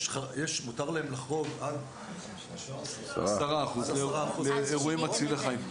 מותר להם לחרוג עד עשרה אחוז באירועים מצילי חיים.